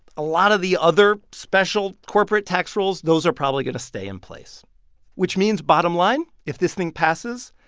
a lot of the other special corporate tax rules those are probably going to stay in place which means, bottom line, if this thing passes,